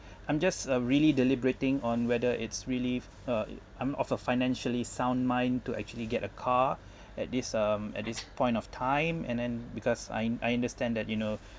I'm just uh really deliberating on whether it's really uh I mean of a financially sound mind to actually get a car at this um at this point of time and then because I'm I understand that you know